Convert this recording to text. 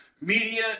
media